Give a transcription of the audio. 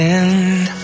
end